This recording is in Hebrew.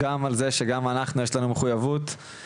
ובאמת כמה שיותר לעבוד על מניעה,